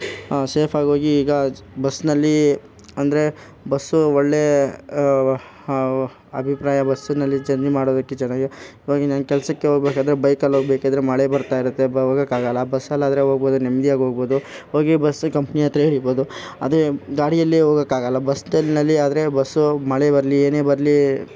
ಸೇಫಾಗಿ ಹೋಗಿ ಈಗ ಬಸ್ನಲ್ಲಿ ಅಂದರೆ ಬಸ್ಸು ಒಳ್ಳೆ ಅಭಿಪ್ರಾಯ ಬಸ್ನಲ್ಲಿ ಜರ್ನಿ ಮಾಡೋದಕ್ಕೆ ಚೆನ್ನಾಗೇ ಇವಾಗಿನ ಕೆಲಸಕ್ಕೆ ಹೋಗ್ಬೇಕಾದ್ರೆ ಬೈಕಲ್ಲಿ ಹೋಗಬೇಕಾದ್ರೆ ಮಳೆ ಬರ್ತಾ ಇರುತ್ತೆ ಹೋಗೋಕಾಗಲ್ಲ ಬಸಲ್ಲಿ ಆದರೆ ಹೋಗ್ಬೋದು ನೆಮ್ದಿಯಾಗಿ ಹೋಗ್ಬೋದು ಹೋಗಿ ಬಸ್ ಕಂಪ್ನಿ ಹತ್ತಿರ ಇಳಿಬೋದು ಅದೇ ಗಾಡಿಯಲ್ಲಿ ಹೋಗೋಕಾಗಲ್ಲ ಬಸ್ನಲ್ಲಿ ಆದರೆ ಬಸ್ಸು ಮಳೆ ಬರಲಿ ಏನೇ ಬರಲಿ